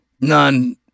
none